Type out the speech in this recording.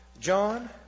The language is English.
John